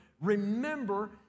Remember